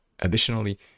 Additionally